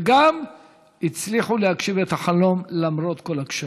וגם הצליחו להגשים את החלום למרות כל הקשיים.